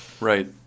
Right